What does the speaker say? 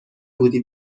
بودی